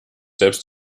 selbst